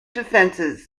defenses